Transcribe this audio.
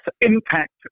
impact